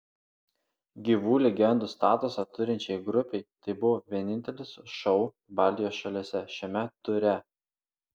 gyvų legendų statusą turinčiai grupei tai buvo vienintelis šou baltijos šalyse šiame ture